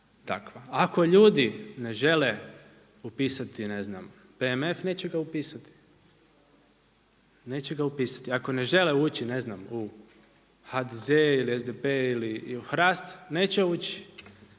takva. Ako ljudi ne žele upisati ne znam PMF neće ga upisati. Ako ne žele ući ne znam u HDZ ili SDP ili u HRAST neće ući.